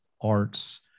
arts